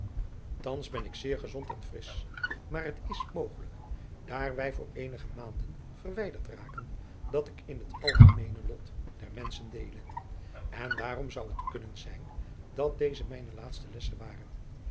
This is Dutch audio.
thans ben ik zeer gezond en frisch maar het is mogelijk daar wij voor eenige maanden verwijderd raken dat ik in het algemeene lot der menadriaan loosjes pzn het leven van maurits lijnslager schen deele en daarom zou het kunnen zijn dat deze mijne laatste lessen waren